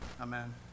Amen